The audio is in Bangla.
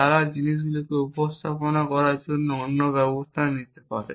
তারা জিনিসগুলিকে উপস্থাপন করার জন্য অন্য ব্যবস্থা নিতে হতে পারে